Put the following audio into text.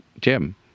Jim